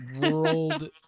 world